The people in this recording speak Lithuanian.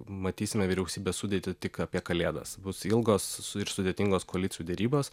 matysime vyriausybės sudėtį tik apie kalėdas bus ilgos ir sudėtingos koalicijų derybos